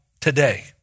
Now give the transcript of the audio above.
today